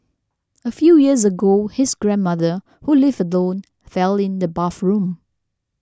a few years ago his grandmother who lived alone fell in the bathroom